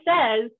says